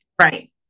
Right